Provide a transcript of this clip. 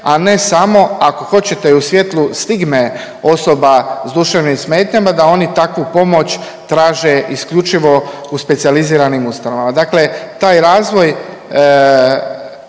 a ne samo ako hoćete i u svjetlu stigme osoba s duševnim smetnjama da oni takvu pomoć traže isključivo u specijaliziranim ustanovama. Dakle, taj razvoj